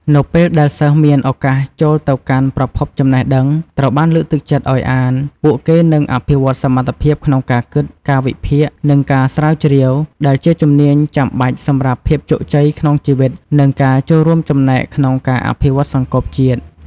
នៅពេលដែលសិស្សមានឱកាសចូលទៅកាន់ប្រភពចំណេះដឹង ត្រូវបានលើកទឹកចិត្តឱ្យអាន ពួកគេនឹងអភិវឌ្ឍសមត្ថភាពក្នុងការគិត ការវិភាគ និងការស្រាវជ្រាវ ដែលជាជំនាញចាំបាច់សម្រាប់ភាពជោគជ័យក្នុងជីវិត និងការចូលរួមចំណែកក្នុងការអភិវឌ្ឍសង្គមជាតិ។